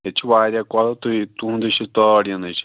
ییٚتہِ چھِ واریاہ کۄلہٕ تُہی تُہٕنٛدٕے چھِ تٲر یِنٕچ